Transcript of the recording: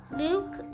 Luke